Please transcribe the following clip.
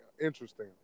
interesting